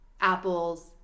apples